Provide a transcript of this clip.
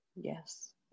Yes